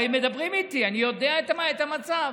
הרי הם מדברים איתי, אני יודע מה המצב.